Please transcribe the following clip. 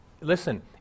listen